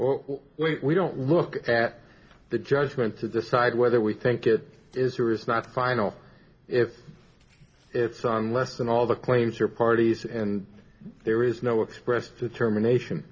well we don't look at the judgment to decide whether we think it is or is not final if it's some less than all the claims are parties and there is no expressed determination